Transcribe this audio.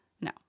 No